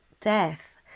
death